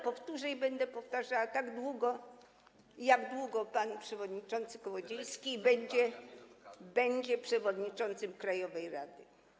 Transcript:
Powtórzę to i będę to powtarzała tak długo, jak długo pan przewodniczący Kołodziejski będzie przewodniczącym krajowej rady.